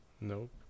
Nope